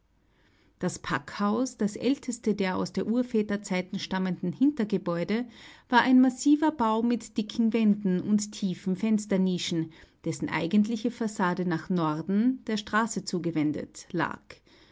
das packhaus das älteste der aus der urväter zeiten stammenden hintergebäude war ein massiver bau mit dicken wänden und tiefen fensternischen dessen eigentliche fassade nach norden der straße zugewendet lag